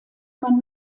man